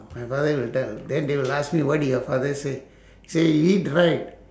my father will tell then they will ask me what did your father say he say eat right